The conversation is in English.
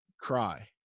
cry